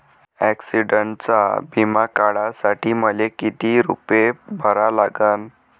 ॲक्सिडंटचा बिमा काढा साठी मले किती रूपे भरा लागन?